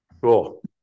cool